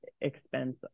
expense